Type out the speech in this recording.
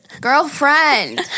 Girlfriend